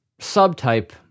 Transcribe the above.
subtype